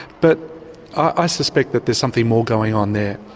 but i suspect that there's something more going on there,